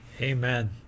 Amen